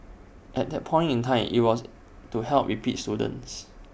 at that point in time IT was to help repeat students